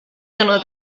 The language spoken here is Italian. sono